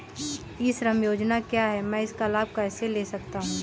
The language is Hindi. ई श्रम योजना क्या है मैं इसका लाभ कैसे ले सकता हूँ?